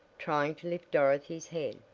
trying to lift dorothy's head.